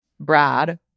brad